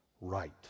right